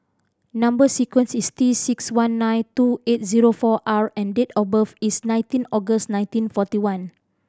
number sequence is T six one nine two eight zero four R and date of birth is nineteen August nineteen forty one